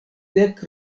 dek